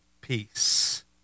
peace